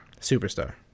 Superstar